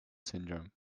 syndrome